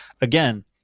again